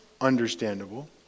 understandable